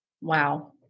Wow